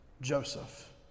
Joseph